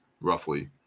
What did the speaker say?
roughly